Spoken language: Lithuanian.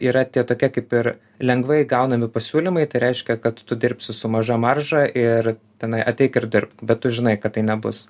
yra tie tokie kaip ir lengvai gaunami pasiūlymai tai reiškia kad tu dirbsi su maža marža ir tenai ateik ir dirbk bet tu žinai kad tai nebus